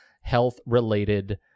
health-related